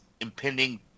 impending